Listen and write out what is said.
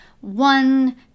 one